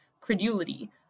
credulity